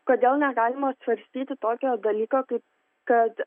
kodėl negalima svarstyti tokio dalyko kaip kad